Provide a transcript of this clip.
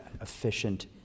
efficient